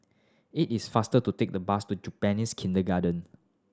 it is faster to take the bus to Japanese Kindergarten